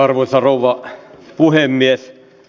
arvoisa rouva puhemies